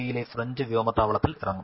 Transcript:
ഇയിലെ French വ്യോമതാവളത്തിൽ ഇറങ്ങും